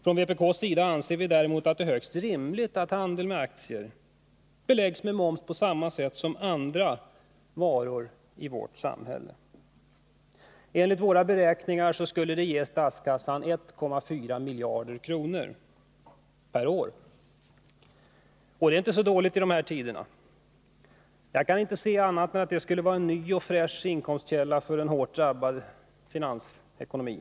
Från vpk:s sida anser vi det däremot högst rimligt att handeln med aktier beläggs med moms på samma sätt som andra varor i vårt samhälle. Enligt våra beräkningar skulle detta ge statskassan 1,4 miljarder per år, och det är inte så dåligt i de här tiderna. Jag kan inte se annat än att det skulle vara en ny och fräsch inkomstkälla för den hårt drabbade samhällsekonomin.